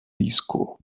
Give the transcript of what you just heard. disco